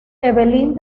evelyn